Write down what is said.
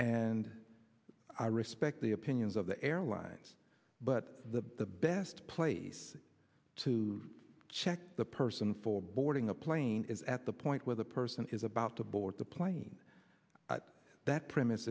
and i respect the opinions of the airlines but the best place to check the person for boarding a plane is at the point where the person is about to board the plane that premise